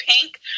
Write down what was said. pink